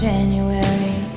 January